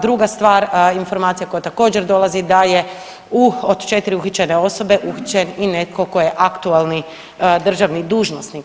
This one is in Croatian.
Druga stvar, informacija koja također dolazi da je od 4 uhićene osobe uhićen i netko tko je aktualni državni dužnosnik.